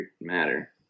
matter